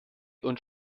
und